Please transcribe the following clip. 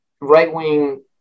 right-wing